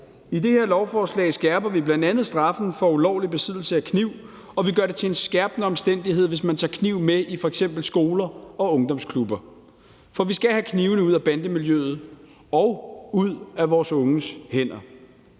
I det her lovforslag skærper vi bl.a. straffen for ulovlig besiddelse af kniv, og vi gør det til en skærpende omstændighed, hvis man tager kniv med i f.eks. skoler og ungdomsklubber, for vi skal have knivene ud af bandemiljøet og ud af vores unges hænder.